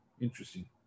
interesting